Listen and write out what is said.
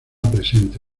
presente